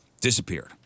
Disappeared